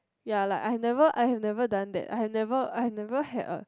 ya like I have never I have never done that I have never I have never had a